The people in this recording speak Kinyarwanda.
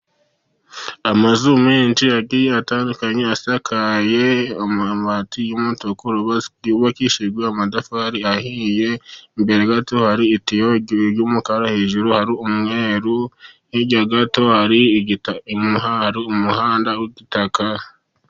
Amazu menshi agiye atandukanye, asakajwe amabati y'umutuku, yubakishijwe amatafari ahiye. Imbere gato hari itiyo y'umukara hejuru ari umweru, hirya gato hari umuhanda w'igitaka.